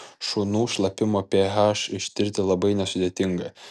šunų šlapimo ph ištirti labai nesudėtinga